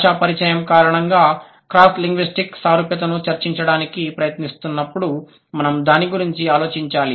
భాషా పరిచయం కారణంగా క్రాస్ లింగ్విస్టిక్ సారూప్యతను చర్చించడానికి ప్రయత్నిస్తున్నప్పుడు మనం దాని గురించి ఆలోచించాలి